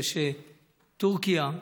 הוא שטורקיה,